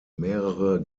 mehrere